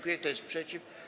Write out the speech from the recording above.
Kto jest przeciw?